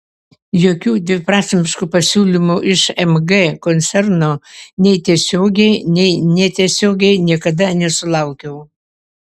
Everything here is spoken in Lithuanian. jokių dviprasmiškų pasiūlymų iš mg koncerno nei tiesiogiai nei netiesiogiai niekada nesulaukiau